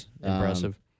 Impressive